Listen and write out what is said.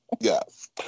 Yes